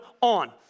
On